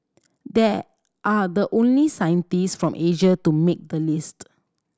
they are the only scientist from Asia to make the list